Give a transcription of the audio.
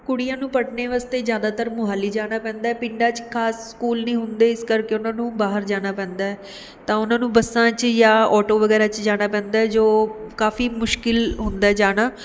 ਕੁੜੀਆਂ ਨੂੰ ਪੜ੍ਹਨ ਵਾਸਤੇ ਜ਼ਿਆਦਾਤਰ ਮੋਹਾਲੀ ਜਾਣਾ ਪੈਂਦਾ ਪਿੰਡਾਂ 'ਚ ਖਾਸ ਸਕੂਲ ਨਹੀਂ ਹੁੰਦੇ ਇਸ ਕਰਕੇ ਉਹਨਾਂ ਨੂੰ ਬਾਹਰ ਜਾਣਾ ਪੈਂਦਾ ਤਾਂ ਉਹਨਾਂ ਨੂੰ ਬੱਸਾਂ 'ਚ ਜਾਂ ਆਟੋ ਵਗੈਰਾ 'ਚ ਜਾਣਾ ਪੈਂਦਾ ਏ ਜੋ ਕਾਫੀ ਮੁਸ਼ਕਿਲ ਹੁੰਦਾ ਜਾਣਾ